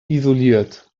isoliert